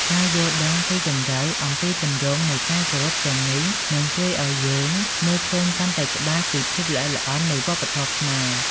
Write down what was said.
ការយល់ដឹងស៊ីជម្រៅអំពីទម្រង់នៃការគោរពទាំងនេះ នឹងជួយឲ្យយើងមើលឃើញកាន់តែច្បាស់ពីភាពល្អិតល្អន់នៃវប្បធម៌ខ្មែរ។